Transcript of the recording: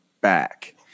back